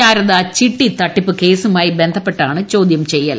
ശാരദാ ചിട്ടി തട്ടിപ്പ് കേസുമായി ബന്ധപ്പെട്ടാണ് ചോദൃചെയ്യൽ